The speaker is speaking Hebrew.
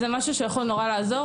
זה משהו שיכול לעזור.